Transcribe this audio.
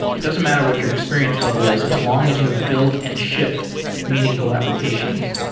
it doesn't matter what your experience level is, as long as you have built and shipped meaningful applications.